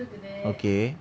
okay